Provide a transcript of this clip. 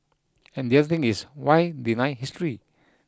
and the other thing is why deny history